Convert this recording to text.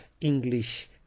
English